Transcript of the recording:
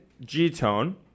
G-Tone